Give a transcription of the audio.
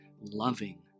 loving